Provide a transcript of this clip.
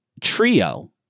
trio